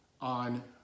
on